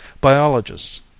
Biologists